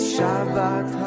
Shabbat